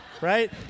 right